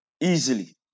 Easily